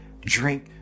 drink